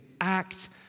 act